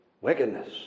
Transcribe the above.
wickedness